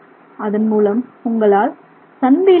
அதன் மூலம் உங்களால் சன் வீலின் ஆர்